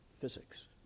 physics